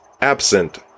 absent